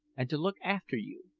and to look after you,